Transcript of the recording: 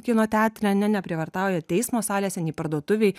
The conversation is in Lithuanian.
kino teatre neprievartauja teismo salėse nei parduotuvėj